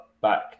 back